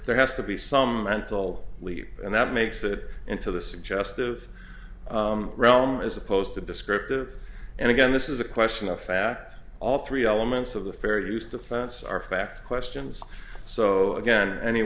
there has to be some mental leap and that makes it into the suggestive realm as opposed to descriptive and again this is a question of fact all three elements of the fair use defense are fact questions so again any